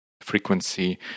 frequency